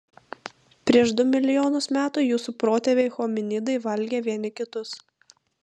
prieš du milijonus metų jūsų protėviai hominidai valgė vieni kitus